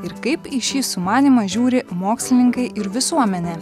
ir kaip į šį sumanymą žiūri mokslininkai ir visuomenė